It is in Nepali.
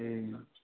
ए